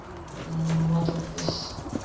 Madhya Pradesh